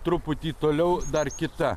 truputį toliau dar kita